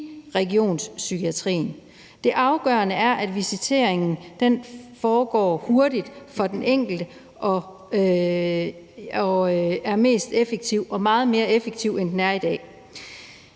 Det afgørende er, at visiteringen foregår hurtigt for den enkelte og er mest effektiv og meget mere effektiv, end den er i dag.